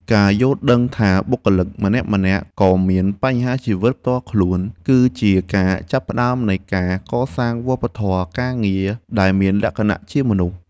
ការយល់ដឹងថាបុគ្គលិកម្នាក់ៗក៏មានបញ្ហាជីវិតផ្ទាល់ខ្លួន គឺជាការចាប់ផ្តើមនៃការកសាងវប្បធម៌ការងារដែលមានលក្ខណៈជាមនុស្ស។